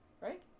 Right